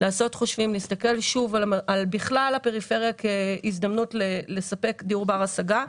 לעשות חושבים ולהסתכל על הפריפריה כהזדמנות לספק דיור בר השגה.